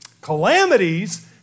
Calamities